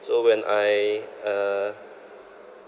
so when I uh